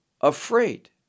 afraid